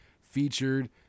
featured